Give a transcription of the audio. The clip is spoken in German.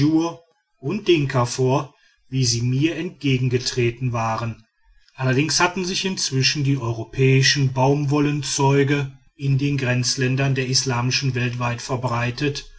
und dinka vor wie sie mir entgegengetreten waren allerdings hatten sich inzwischen die europäischen baumwollenzeuge in den grenzländern der islamischen welt weiter verbreitet